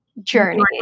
journey